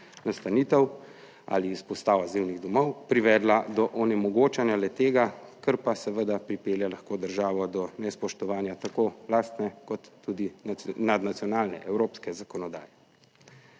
nastanitev ali izpostav azilnih domov privedla do onemogočanja le-tega, kar pa seveda pripelje lahko državo do nespoštovanja tako lastne kot tudi nadnacionalne evropske zakonodaje.